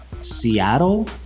Seattle